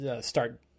start